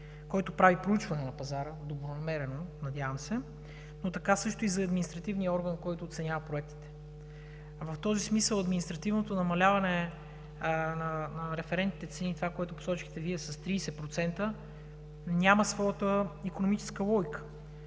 добронамерено проучване на пазара, надявам се, но така също и за административния орган, който оценява проектите. В този смисъл административното намаляване на референтните цени – това, което посочихте Вие, с 30%, няма своята икономическа логика.